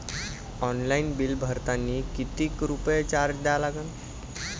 Online bill भरतानी कितीक रुपये चार्ज द्या लागन?